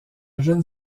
jeune